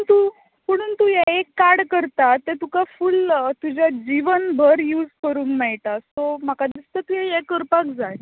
पुणून तू पुणून तूं हें एक कार्ड करता तें तुका फूल तुज्या जिवनभर यूज करूंक मेळटा सो म्हाका दिसता तुवें हें करपाक जाय